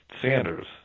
Sanders